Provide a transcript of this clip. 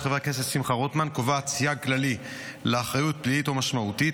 של חבר הכנסת שמחה רוטמן קובעת סייג כללי לאחריות פלילית או משמעותית